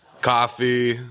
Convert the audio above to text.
coffee